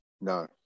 No